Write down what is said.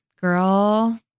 Girl